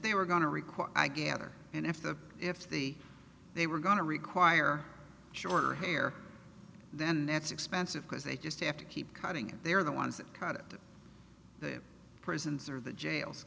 they were going to require i gather and if the if the they were going to require shorter hair then that's expensive because they just have to keep cutting and they're the ones that cut it prisons or the jails